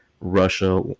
Russia